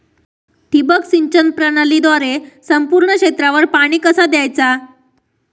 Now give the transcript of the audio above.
ठिबक सिंचन प्रणालीद्वारे संपूर्ण क्षेत्रावर पाणी कसा दयाचा?